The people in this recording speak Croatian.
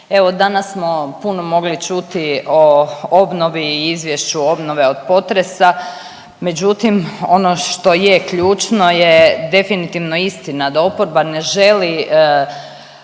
Evo danas smo puno mogli čuti o obnovi i izvješću obnove od potresa, međutim ono što je ključno je definitivno istina da oporba ne želi